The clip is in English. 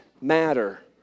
matter